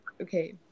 okay